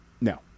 No